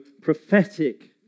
prophetic